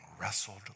wrestled